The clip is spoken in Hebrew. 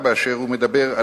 התשמ"ב 1982,